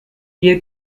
ihr